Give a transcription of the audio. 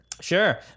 Sure